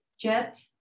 jet